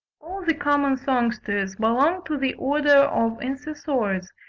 all the common songsters belong to the order of insessores,